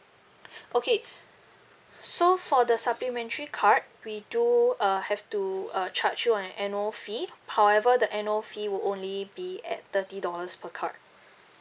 okay so for the supplementary card we do uh have to uh charge you an annual fee however the annual fee will only be at thirty dollars per card